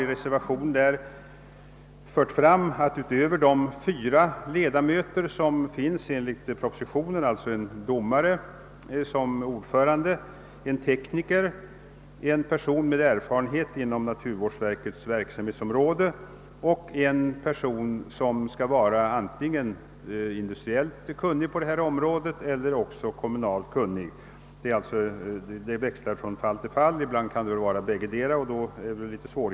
I propositionen har emellertid föreslagits fyra ledamöter i nämnden: en domare som ordförande, en tekniker, en person med erfarenhet inom naturvårdsverkets verksamhetsområde och en person som är antingen industriellt eller kommunalt kunnig på detta område. Sistnämnda ledamot utväljes med hänsyn till målets art och från fall till fall. Ibland kan målet röra såväl industri som kommun och då blir valet givetvis svårt.